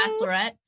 Bachelorette